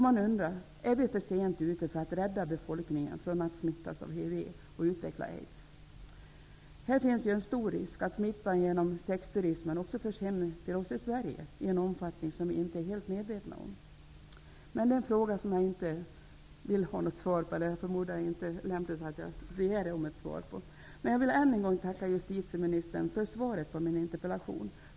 Man undrar: Är vi för sent ute för att rädda befolkningen från att smittas av HIV och utveckla aids? Det finns en stor risk att smittan genom sexturismen också förs hem till oss i Sverige i en omfattning som vi inte är helt medvetna om. Hur omfattande den spridningen är, är en fråga som jag inte vill ha något svar på, och jag förmodar att det heller inte är lämpligt att jag begär något svar på den frågan. Jag vill än en gång tacka justitieministern för svaret på min interpellation.